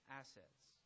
assets